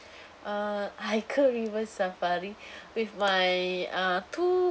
uh I go river safari with my uh two